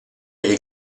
gli